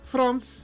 Frans